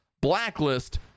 Blacklist